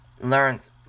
learns